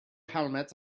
helmets